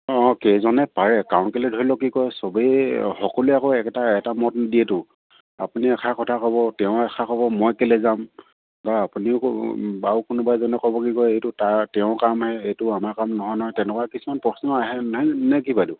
অঁ অঁ কেইজনে পাৰে কাৰণ কেলে ধৰি লওক কি কয় চবেই সকলোৱে আকৌ একেটা এটা মত নিদিয়েতো আপুনি এশাৰ কথা ক'ব তেওঁৰ এশাৰ ক'ব মই কেলে যাম বা আপুনিও বাৰু কোনোবাই এজনে ক'ব কি কয় এইটো তাৰ তেওঁৰ কাম আহে এইটো আমাৰ কাম নহয় নয় তেনেকুৱা কিছুমান প্ৰশ্ন আহে নেকি বাইদেউ